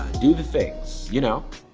do the things you know.